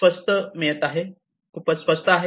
खूपच स्वस्त आहे